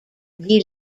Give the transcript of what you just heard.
guy